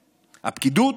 הפקידות?